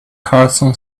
carson